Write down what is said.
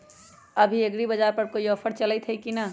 अभी एग्रीबाजार पर कोई ऑफर चलतई हई की न?